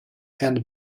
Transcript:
and